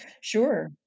sure